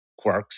quarks